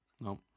No